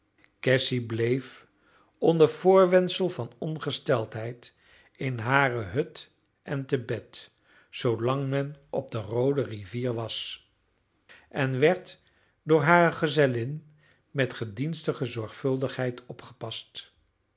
cassy bleef onder voorwendsel van ongesteldheid in hare hut en te bed zoolang men op de roode rivier was en werd door hare gezellin met gedienstige zorgvuldigheid opgepast